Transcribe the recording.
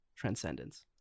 Transcendence